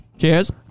Cheers